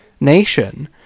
nation